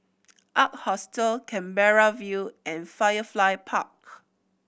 Ark Hostel Canberra View and Firefly Park